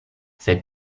sed